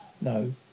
No